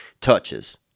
touches